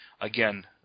again